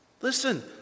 Listen